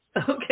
Okay